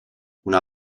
una